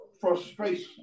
Frustration